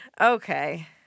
Okay